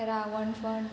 रावणफण